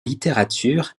littérature